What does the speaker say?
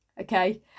Okay